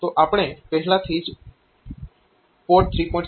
તો આપણે પહેલાથી જ P3